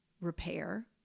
repair